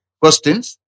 questions